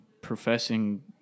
professing